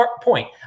point